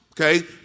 Okay